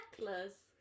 necklace